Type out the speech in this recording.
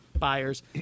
Buyers